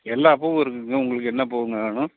எல்லா பூவும் இருக்குதுங்க உங்களுக்கு என்ன பூவுங்க வேணும்